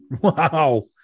Wow